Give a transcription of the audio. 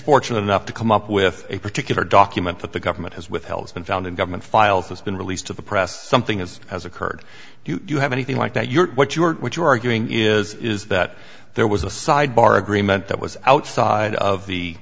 fortunate enough to come up with a particular document that the government has withheld has been found in government files has been released to the press something as has occurred you have anything like that you're what you are what you are doing is is that there was a side bar agreement that was outside of the